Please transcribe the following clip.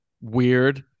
weird